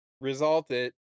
resulted